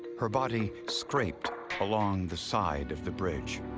her body scraped along the side of the bridge.